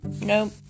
No